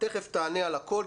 תכף תענה על הכול,